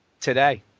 today